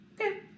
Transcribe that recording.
Okay